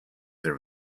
there